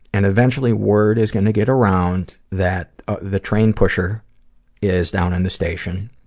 and eventually, word is gonna get around that the train pusher is down in the station,